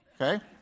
okay